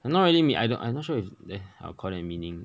I'm not really me I'm I'm not sure if there I'll call that meaning